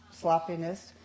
sloppiness